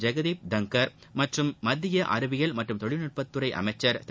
ஜெகதீப் தங்கா் மற்றும் மத்திய அறிவியல் மற்றும் தொழில்நுட்பத்துறை அமைச்சர் திரு